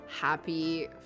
happy